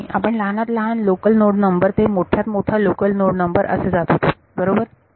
नाही आपण लहानात लहान लोकल नोड नंबर ते मोठ्यात मोठा लोकल नोड नंबर असे जात होतो बरोबर